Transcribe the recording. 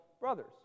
brothers